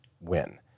win